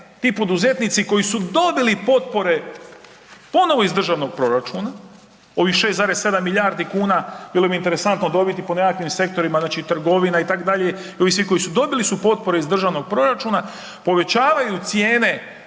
ti poduzetnici koji su dobili potpore ponovno iz državnog proračuna ovih 6,7 milijardi kuna bilo bi interesantno dobiti po nekakvim sektorima, znači trgovina itd. i ovi svi koji su dobili potpore iz državnog proračuna povećavaju cijene